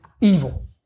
evil